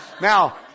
Now